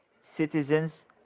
citizens